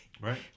Right